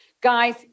guys